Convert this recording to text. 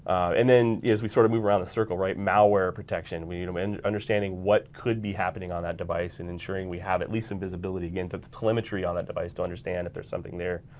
and then as we sort of move around the circle right? malware protection you know and understanding what could be happening on that device and ensuring we have at least some visibility into the telemetry on that device to understand if there's something there.